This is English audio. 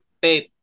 babe